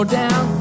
down